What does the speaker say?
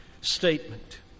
statement